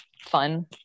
fun